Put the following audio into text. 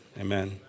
Amen